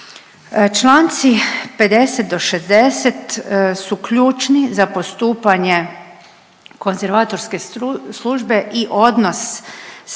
Čl. 50-60 su ključni za postupanje konzervatorske službe i odnos sa